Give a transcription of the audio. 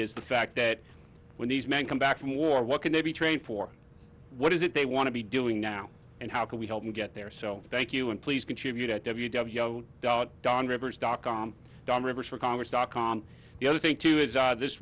is the fact that when these men come back from war what can they be trained for what is it they want to be doing now and how can we help them get there so thank you and please contribute don't dan rivers dot com don rivers for congress dot com the other thing too is on this